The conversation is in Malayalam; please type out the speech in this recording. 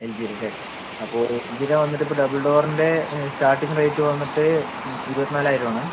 എൽജീട അല്ലെ അപ്പം ഇതില് വന്നിട്ട് ഇപ്പം ഡബിൾ ഡോറിൻ്റെ സ്റ്റാർട്ടിംഗ് റേറ്റ് വന്നിട്ട് ആ ഇരുപത്നാലായിരം ആണ്